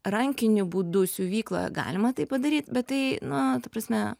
rankiniu būdu siuvykloje galima tai padaryt bet tai na ta prasme